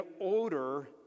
odor